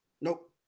Nope